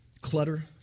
clutter